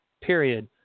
period